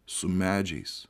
su medžiais